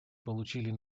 получили